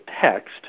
text